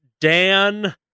Dan